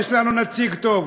יש לנו נציג טוב.